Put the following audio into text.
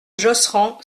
josserand